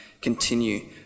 continue